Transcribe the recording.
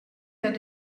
that